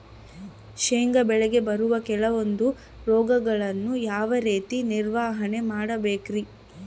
ಶೇಂಗಾ ಬೆಳೆಗೆ ಬರುವ ಕೆಲವೊಂದು ರೋಗಗಳನ್ನು ಯಾವ ರೇತಿ ನಿರ್ವಹಣೆ ಮಾಡಬೇಕ್ರಿ?